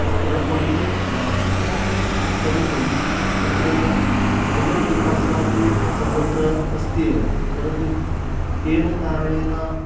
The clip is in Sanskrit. तत्रापि परन्तु अत्र जगद्विकासः तु सर्वत्र अस्ति एव परन्तु तेन कारणेन